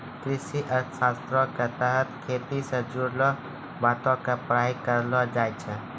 कृषि अर्थशास्त्रो के तहत खेती से जुड़लो बातो के पढ़ाई करलो जाय छै